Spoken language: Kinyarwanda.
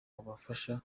bubafasha